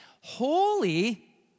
Holy